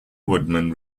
woodman